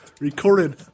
recorded